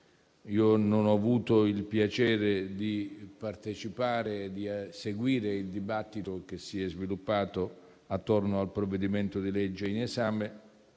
Non ho avuto il piacere di partecipare e seguire il dibattito che si è sviluppato attorno al provvedimento in esame,